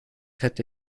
hätte